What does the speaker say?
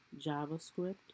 JavaScript